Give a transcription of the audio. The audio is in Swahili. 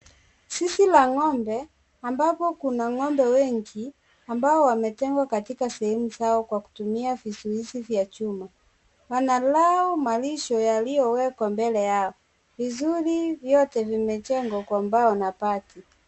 Sisi la ngombe, ambapo kuna ngombe wengi, ambao wametengwa katika sehemu zao kwa kutumia visuisi vya chuma, wanalao malisho yaliowekwa mbele yao, vizuri vyote vimejengwa kwa mbao na pati.